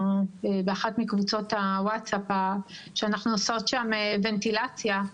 באחת מקבוצות הוואטסאפ שאנחנו עושות בהן ונטילציה,